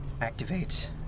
activate